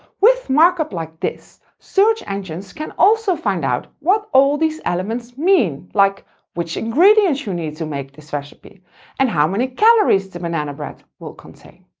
with markup like this, search engines can also find out what all these elements mean, like which ingredients you need to make this recipe and how many calories the banana bread will contain!